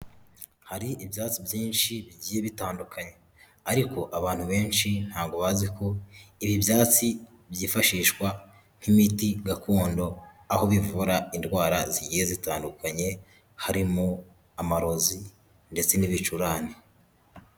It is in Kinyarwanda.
Hari ibyatsi byinshi bigiye bitandukanye ariko abantu benshi ntabwo bazi ko ibi byatsi byifashishwa nk'imiti gakondo aho bivura indwara zigiye zitandukanye harimo amarozi ndetse n'ibicurane.